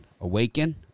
Awaken